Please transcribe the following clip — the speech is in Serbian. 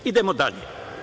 Idemo dalje.